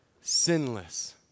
sinless